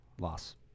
Loss